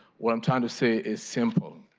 what i'm trying to say is simple.